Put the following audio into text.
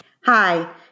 Hi